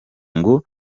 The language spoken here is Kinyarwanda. ngo